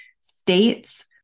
states